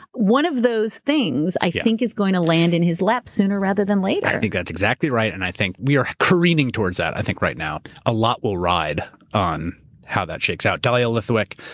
one of those things i think is going to land in his lap sooner rather than later. i think that's exactly right, and i think we are careening towards that, i think right now. a lot will ride on how that shakes out. dahlia lithwick,